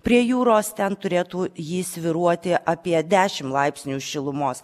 prie jūros ten turėtų ji svyruoti apie dešimt laipsnių šilumos